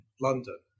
London